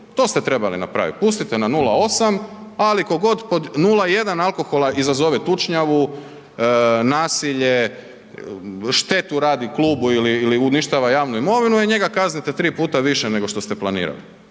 to ste trebali napravit, pustite na 0,8, ali ko god pod 0,1 alkohola izazove tučnjavu, nasilje, štetu radi klubu ili, ili uništava javnu imovinu, njega kaznite 3 puta više nego što ste planirali,